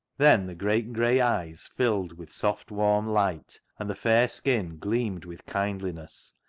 then the great grey eyes filled with soft warm light, and the fair skin gleamed with kindliness,